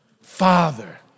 father